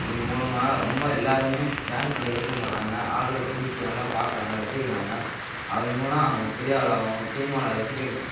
இதன் மூலமாக ரொம்ப எல்லாரும் டான்ஸ் மேல விருப்பம்படுறாங்க ஆடு பிடிச்சி நல்லா பார்க்கறாங்க ரசிக்கிறாங்க அதன் மூலம் அவங்க பெரிய ஆளாக ஆவாங்க சினிமாவில் ரசிக்கிறது